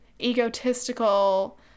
egotistical